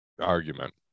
argument